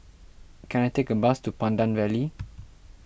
can I take a bus to Pandan Valley